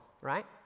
right